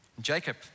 Jacob